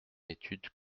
étude